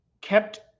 kept